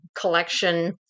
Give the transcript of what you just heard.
collection